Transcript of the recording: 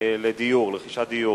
לרכישת דיור.